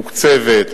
מתוקצבת,